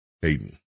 Hayden